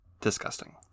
disgusting